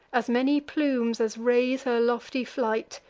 as many plumes as raise her lofty flight,